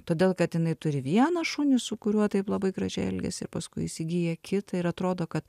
todėl kad jinai turi vieną šunį su kuriuo taip labai gražiai elgiasi ir paskui įsigyja kitą ir atrodo kad